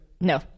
no